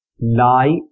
lie